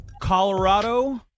Colorado